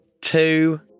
two